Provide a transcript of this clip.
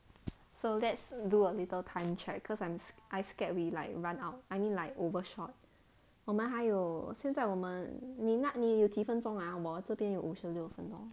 so let's do a little time check cause I'm I scared we like run out I mean like overshot 我们还有现在我们那你有几分钟啊我这边有五十六分钟